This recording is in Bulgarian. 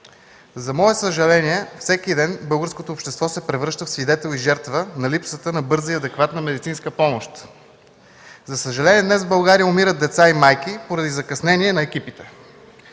За мое съжаление всеки ден българското общество се превръща в свидетел и жертва на липсата на бърза и адекватна медицинска помощ. За съжаление, днес в България умират деца и майки поради закъснение на екипите.